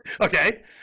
Okay